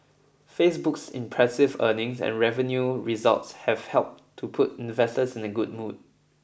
Facebook's impressive earnings and revenue results have helped to put investors in the good mood